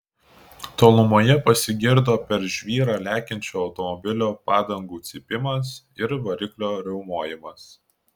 tolumoje pasigirdo per žvyrą lekiančio automobilio padangų cypimas ir variklio riaumojimas